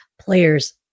players